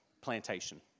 plantation